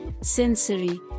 sensory